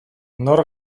nor